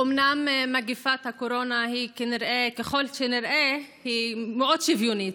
אומנם מגפת הקורונה היא ככל הנראה מאוד שוויונית,